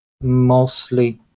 mostly